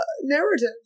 narrative